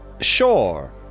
Sure